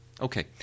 Okay